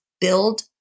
build